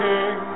King